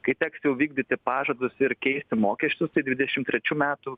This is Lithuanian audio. kai teks jau vykdyti pažadus ir keisti mokesčius tai dvidešim trečių metų